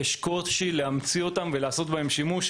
יהיה קושי להמציא אותם ולעשות בהם שימוש,